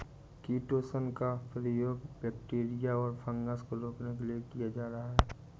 chitosan का प्रयोग bacteria और फँगस को रोकने के लिए किया जा रहा है